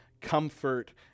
comfort